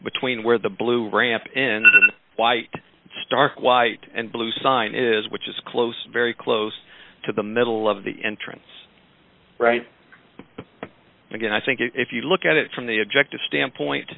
between where the blue ramp in the white stark white and blue sign is which is close very close to the middle of the entrance right again i think if you look at it from the objective standpoint